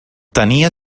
tenia